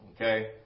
Okay